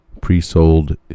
Pre-sold